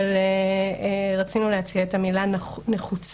אבל רצינו להציע את המילה נחוצה,